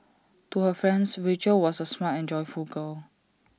to her friends Rachel was A smart and joyful girl